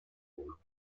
volo